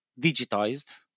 digitized